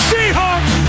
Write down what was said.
Seahawks